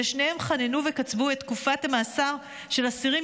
ושניהם חננו וקצבו את תקופת המאסר של אסירים